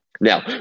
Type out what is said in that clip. Now